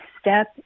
step